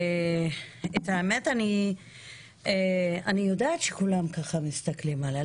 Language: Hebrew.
את האמת אני יודעת שכולם ככה מסתכלים עלי,